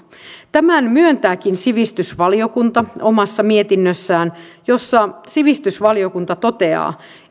tämän myöntääkin sivistysvaliokunta omassa mietinnössään jossa sivistysvaliokunta toteaa